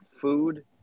food